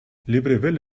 libreville